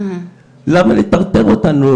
למה לטרטר אותנו,